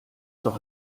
doch